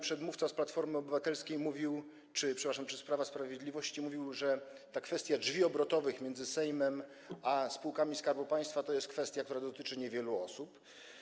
Przedmówca z Platformy Obywatelskiej czy, przepraszam, z Prawa i Sprawiedliwości mówił, że ta kwestia drzwi obrotowych między Sejmem a spółkami Skarbu Państwa to jest kwestia, która dotyczy niewielu osób.